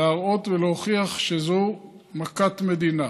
להראות ולהוכיח שזו מכת מדינה.